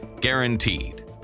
guaranteed